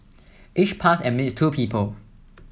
each pass admits two people